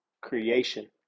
creation